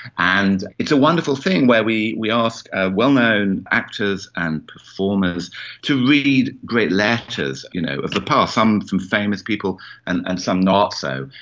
and it's a wonderful thing where we we ask well-known actors and performers to read great letters you know of the past, some some famous people and and some not so.